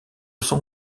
son